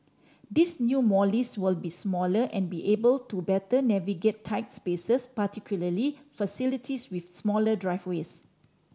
these new Mollies will be smaller and be able to better navigate tight spaces particularly facilities with smaller driveways